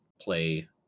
play